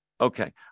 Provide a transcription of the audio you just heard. okay